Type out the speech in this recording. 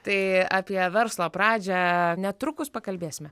tai apie verslo pradžią netrukus pakalbėsime